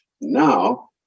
Now